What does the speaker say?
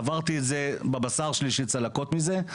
עברתי את זה על בשרי, ויש לי צלקות מזה.